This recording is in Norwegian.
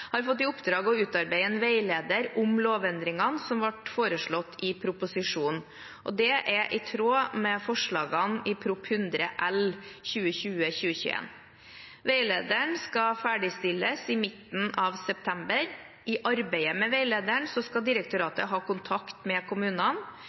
har fått i oppdrag å utarbeide en veileder om lovendringene som ble foreslått i proposisjonen. Det er i tråd med forslag i Prop. 100 L for 2020–2021. Veilederen skal ferdigstilles i midten av september. I arbeidet med veilederen skal direktoratene ha kontakt med kommunene. De samme direktoratene skal